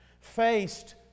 faced